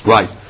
Right